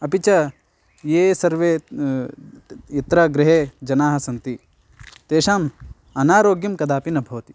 अपि च ये सर्वे यत्र गृहे जनाः सन्ति तेषाम् अनारोग्यं कदापि न भवति